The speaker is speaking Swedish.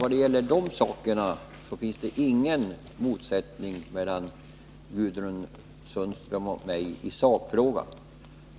Därvidlag finns det ingen motsättning mellan Gudrun Sundström och mig i sakfrågan.